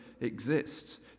exists